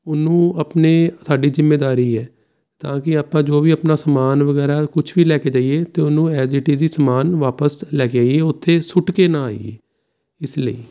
ਉਹਨੂੰ ਆਪਣੇ ਸਾਡੇ ਜਿੰਮੇਦਾਰੀ ਹੈ ਤਾਂ ਕਿ ਆਪਾਂ ਜੋ ਵੀ ਆਪਣਾ ਸਮਾਨ ਵਗੈਰਾ ਕੁਛ ਵੀ ਲੈ ਕੇ ਜਾਈਏ ਅਤੇ ਉਹਨੂੰ ਐਜ ਇਟ ਇਜ ਸਮਾਨ ਵਾਪਸ ਲੈ ਕੇ ਆਈਏ ਉੱਥੇ ਸੁੱਟ ਕੇ ਨਾ ਆਈਏ ਇਸ ਲਈ